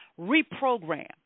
reprogram